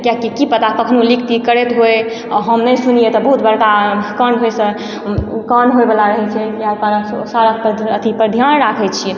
किएकि की पता कखनो लीक तीक करैत होइ अऽ हम नहि सुनियै तऽ बहुत बड़का काण्ड होइसँ काण्ड होइ बला रहै छै किए सारा पर अथी पर ध्यान राखै छियै